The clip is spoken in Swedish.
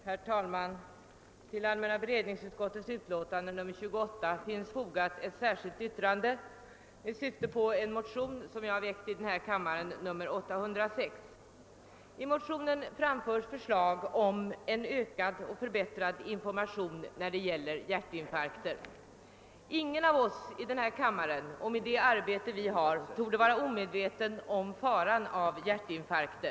Herr talman! Till allmänna beredningsutskottets utlåtande nr 28 finns fogat ett särskilt yttrande med syftning på min motion II: 806, likalydande med motionen I: 651. I dessa båda motioner framförs förslag om en ökad och förbättrad information beträffande hjärtinfarkter. Ingen av oss i denna kammare torde, med tanke på det arbete vi har, vara omedveten om faran för hjärtinfarkt.